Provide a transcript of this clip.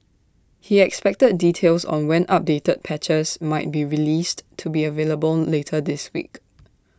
he expected details on when updated patches might be released to be available later this week